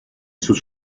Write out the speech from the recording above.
sus